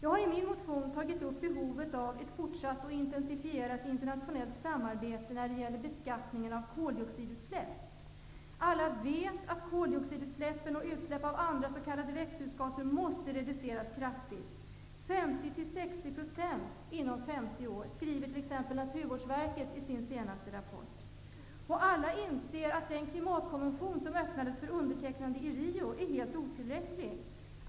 I min motion tar jag upp frågan om behovet av ett fortsatt och intensifierat internationellt samarbete när det gäller beskattningen av koldioxidutsläpp. Alla vet att koldioxidutsläppen och utsläpp av andra s.k. växthusgaser måste reduceras kraftigt -- 50--60 % inom 50 år, skriver t.ex. Naturvårdsverket i sin senaste rapport. Alla inser att den klimatkonvention som öppnades för undertecknande i Rio är helt otillräcklig.